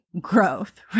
growth